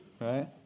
right